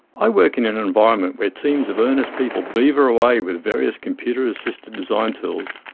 i work in in an environment where teams of earnest people beaver away with various computer assisted design tools,